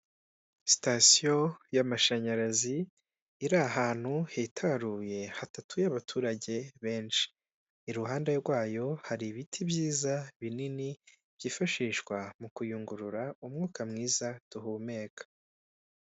Sitasiyo y'amashanyarazi iri ahantu hitaruye hadatuye abaturage benshi, iruhande rwayo hari ibiti byiza binini byifashishwa mu kuyungurura umwuka mwiza duhumeka.